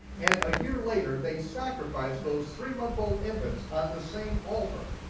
and a year later they sacrificed those three month old infants on the same altar,